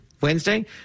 Wednesday